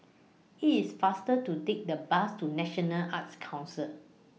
IT IS faster to Take The Bus to National Arts Council